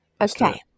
okay